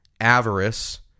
avarice